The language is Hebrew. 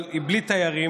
אבל היא בלי תיירים.